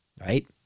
right